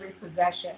repossession